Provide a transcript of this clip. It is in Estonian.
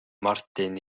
martin